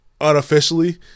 unofficially